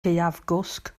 gaeafgwsg